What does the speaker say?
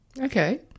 Okay